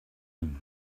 him